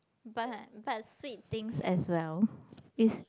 but but sweet things as well is